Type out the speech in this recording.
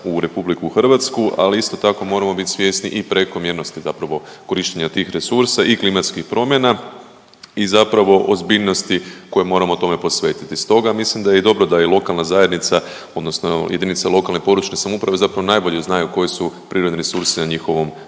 u RH, ali isto tako moramo bit svjesni i prekomjernosti zapravo korištenja tih resursa i klimatskih promjena i zapravo ozbiljnosti koje moramo tome posvetiti. Stoga ja mislim da je i dobro da je lokalna zajednica odnosno jedinice lokalne i područne samouprave zapravo najbolje znaju koji su prirodni resursi na njihovom